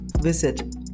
Visit